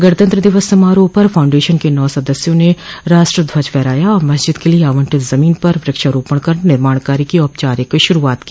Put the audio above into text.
गणतंत्र दिवस समाराह पर फाउंडेशन के नौ सदस्यों ने राष्ट्रध्वज फहराया और मस्जिद के लिए आवंटित जमीन पर वृक्षारोपण कर निर्माण कार्य की औपचारिक शुरूआत की